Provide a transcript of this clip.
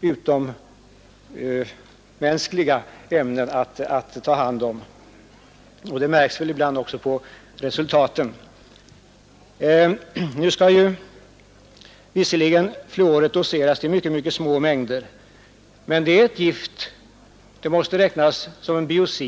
”utommänskliga” ämnen att ta hand om. Det märks väl också ibland på sjukdomsresultaten. Nu skall fluoriderna visserligen doseras i mycket små mängder, men det är ändå ett gift. Ett gift lika starkt som arsenik.